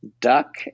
duck